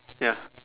ya